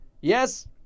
Yes